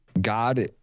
God